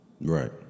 Right